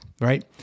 right